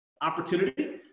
opportunity